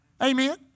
Amen